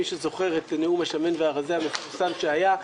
מי שזוכר את נאום השמן והרזה המפורסם שהיה.